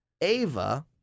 Ava